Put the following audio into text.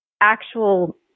actual